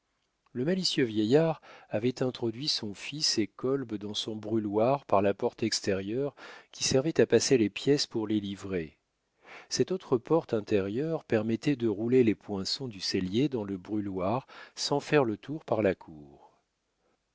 le malicieux vieillard avait introduit son fils et kolb dans son brûloir par la porte extérieure qui servait à passer les pièces pour les livrer cette autre porte intérieure permettait de rouler les poinçons du cellier dans le brûloir sans faire le tour par la cour